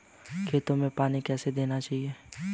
खेतों में पानी कैसे देना चाहिए?